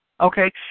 Okay